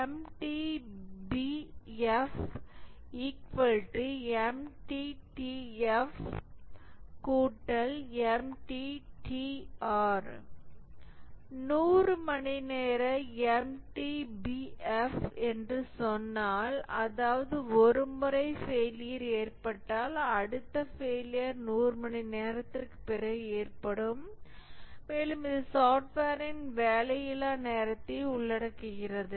MTBF MTTF MTTR 100 மணிநேர MTBF என்று சொன்னால் அதாவது ஒரு முறை ஃபெயிலியர் ஏற்பட்டால் அடுத்த ஃபெயிலியர் 100 மணி நேரத்திற்குப் பிறகு ஏற்படும் மேலும் இது சாப்ட்வேரின் வேலையில்லா நேரத்தையும் உள்ளடக்குகிறது